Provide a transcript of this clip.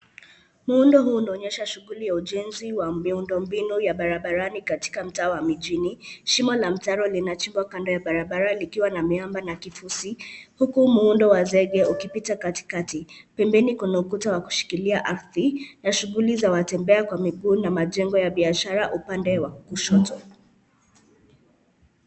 Muundo huu unaonyesha shughuli ya ujenzi wa miundombinu ya barabarani katika mtaa wa mijini. Shimo la mtaro linachimbwa kando ya barabara likiwa na miamba na kifusi, huku muundo wa zege ukipita katikati. Pembeni kuna ukuta wa kushikilia ardhi na shughuli za watembea kwa miguu na majengo ya biashara upande wa kushoto.